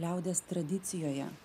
liaudies tradicijoje